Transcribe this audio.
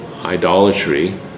Idolatry